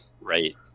right